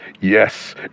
Yes